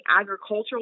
agricultural